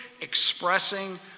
expressing